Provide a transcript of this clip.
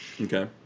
Okay